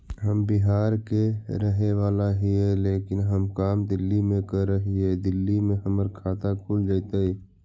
हम बिहार के रहेवाला हिय लेकिन हम काम दिल्ली में कर हिय, दिल्ली में हमर खाता खुल जैतै?